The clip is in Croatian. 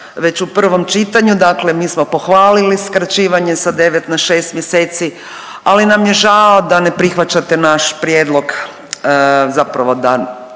Već u prvom čitanju, dakle mi smo pohvalili skraćivanje sa 9 na 6 mjeseci, ali nam je žao da ne prihvaćate naš prijedlog zapravo da